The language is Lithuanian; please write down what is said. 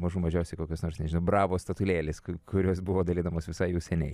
mažų mažiausiai kokios nors bravo statulėlės kurios buvo dalinamos visai jau seniai